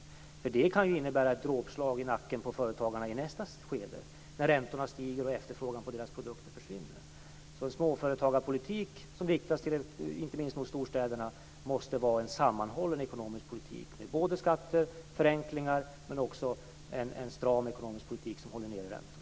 Det skulle ju kunna innebära ett dråpslag för företagarna i nästa skede, när räntorna stiger och efterfrågan på deras produkter försvinner. Småföretagarpolitik som riktas inte minst mot storstäderna måste vara en sammanhållen ekonomisk politik med såväl skatter, förenklingar som en stram ekonomisk politik som håller nere räntorna.